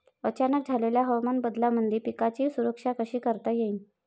अचानक झालेल्या हवामान बदलामंदी पिकाची सुरक्षा कशी करता येईन?